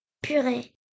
purée